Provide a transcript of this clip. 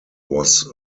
was